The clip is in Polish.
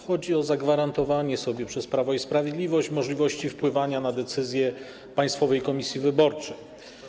Chodzi o zagwarantowanie sobie przez Prawo i Sprawiedliwość możliwości wpływania na decyzje Państwowej Komisji Wyborczej.